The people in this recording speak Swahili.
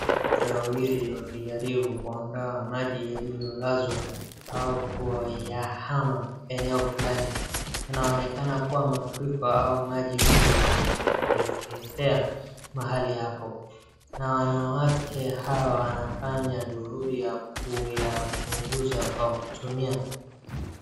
Wanawake waili wakijaribu kuondoa maji yaliyolazwa au kuyahahama eneo fulani, inaonekana kuwa mafuriko au maji mengi yameteketea mahali hapo na wanawake hawa wanafanya juhudi ya kuyapunguza kwa kutumia.